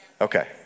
Okay